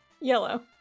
Yellow